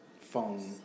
phone